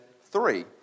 three